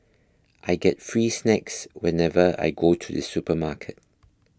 I get free snacks whenever I go to the supermarket